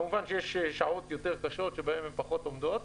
כמובן, שיש שעות יותר קשות שבהן הן פחות עומדות.